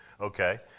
Okay